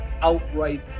outright